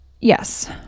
yes